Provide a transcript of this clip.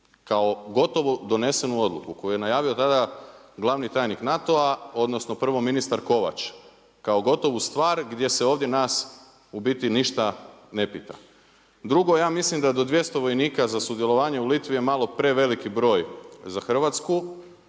kao gotovo donesenu odluku koji je najavio tada glavni tajnik NATO-a odnosno prvo ministar Kovač, kao gotovu stvar gdje se ovdje nas u biti ništa ne pita. Drugo, ja mislim da do 200 vojnika za sudjelovanje u Litvi je malo preveliki broj za Hrvatsku